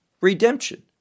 redemption